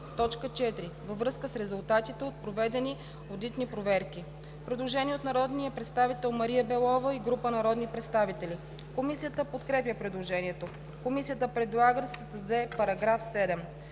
4. във връзка с резултатите от проведени одитни проверки.“ Предложение от народния представител Мария Белова и група народни представители. Комисията подкрепя предложението. Комисията предлага да се създаде § 7: